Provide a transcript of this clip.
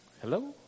Hello